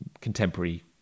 contemporary